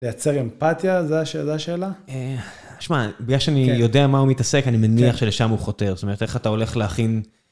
לייצר אמפתיה, זו השאלה? שמע, בגלל שאני יודע עם מה הוא מתעסק, אני מניח שלשם הוא חותר, זאת אומרת, איך אתה הולך להכין...